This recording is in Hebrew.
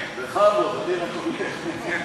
וזה לא